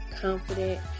confident